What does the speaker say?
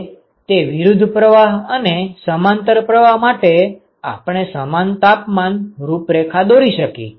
હવે તે વિરુદ્ધ પ્રવાહ અને સમાંતર પ્રવાહ માટે આપણે સમાન તાપમાન રૂપરેખા દોરી શકી